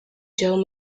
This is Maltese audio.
ġew